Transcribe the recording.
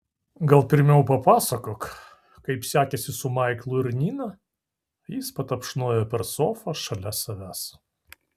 gal pirmiau papasakok kaip sekėsi su maiklu ir nina jis patapšnojo per sofą šalia savęs